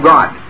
God